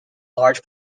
large